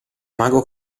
mago